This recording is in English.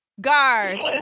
Guard